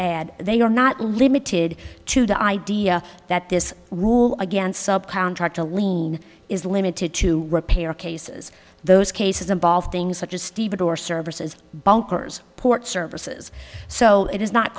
add they are not limited to the idea that this rule against subcontract to lean is limited to repair cases those cases involve things such as stevedore services bonkers port services so it is not